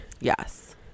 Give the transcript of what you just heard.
Yes